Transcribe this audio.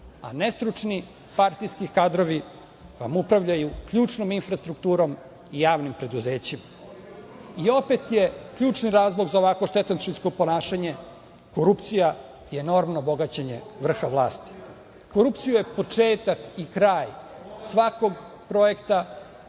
a ne stručni partijski kadrovi vam upravljaju ključnom infrastrukturom i javnim preduzećima. Opet je ključni razlog za ovako štetočinsko ponašanje korupcija i enormno bogaćenje vrha vlasti. Korupcija je početak i kraj svakog projekta